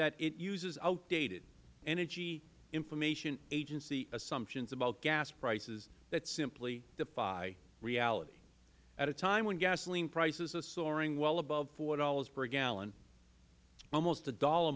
that it uses outdated energy information agency assumptions about gas prices that simply defy reality at a time when gasoline prices are soaring well above four dollars per gallon almost one dollar